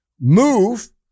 move